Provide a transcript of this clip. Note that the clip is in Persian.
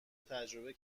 تجربه